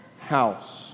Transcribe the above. house